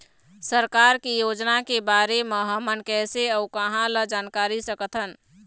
सरकार के योजना के बारे म हमन कैसे अऊ कहां ल जानकारी सकथन?